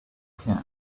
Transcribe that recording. can